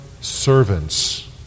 servants